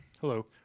Hello